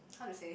um how to say